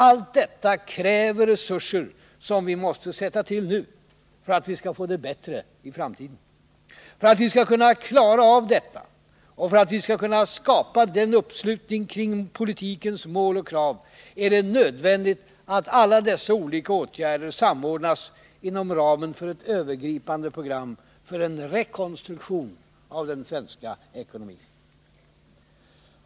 Allt detta kräver resurser som vi måste sätta till nu — för att vi skall få det bättre i framtiden. För att vi skall kunna klara av detta och för att vi skall kunna skapa en uppslutning kring politikens mål och krav, är det nödvändigt att alla dessa olika åtgärder samordnas inom ramen för ett övergripande program för en rekonstruktion av den svenska ekonomin.